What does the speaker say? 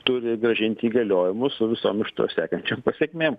turi grąžinti įgaliojimus su visom iš to sekančiom pasekmėm